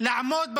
לעמוד בתשלומים,